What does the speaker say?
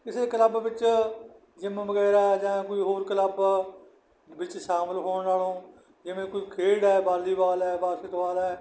ਕਿਸੇ ਕਲੱਬ ਵਿੱਚ ਜਿੰਮ ਵਗੈਰਾ ਜਾਂ ਕੋਈ ਹੋਰ ਕਲੱਬ ਵਿੱਚ ਸ਼ਾਮਲ ਹੋਣ ਨਾਲੋਂ ਜਿਵੇਂ ਕੋਈ ਖੇਡ ਹੈ ਵਾਲੀਬਾਲ ਹੈ ਬਾਸਕਿੱਟਬਾਲ ਹੈ